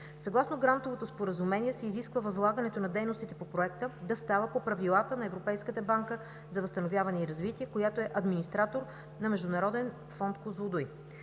Съгласно Грантовото споразумение се изисква възлагането на дейностите по проекта да става по правилата на Европейската банка за възстановяване и развитие, която е администратор на Международен фонд „Козлодуй“.